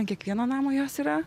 ant kiekvieno namo jos yra